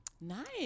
Nice